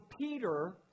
Peter